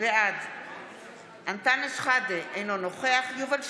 בעד אנטאנס שחאדה, אינו נוכח יובל שטייניץ,